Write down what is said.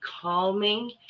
calming